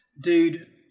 Dude